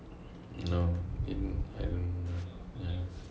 no in and